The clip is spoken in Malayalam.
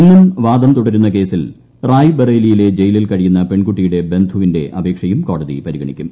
ഇന്നും വാദം തുടരുന്ന കേസിൽ റായ്ബറേലിയിലെ ജയിലിൽ കഴിയുന്ന പെൺകുട്ടിയുടെ ബന്ധുവിന്റെ അപേക്ഷയും കോടതി പരിഗണിക്കും